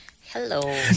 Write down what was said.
hello